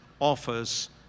offers